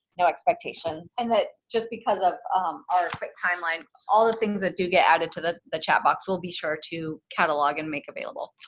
no expectations. and that just because of our quick timeline, all the things that do get added to the the chat box we'll be sure to catalog and make available.